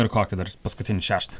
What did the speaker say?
ir kokį dar paskutinį šeštą